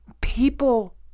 people